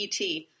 ET